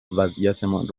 وضعیتمان